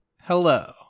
Hello